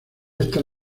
estas